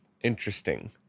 interesting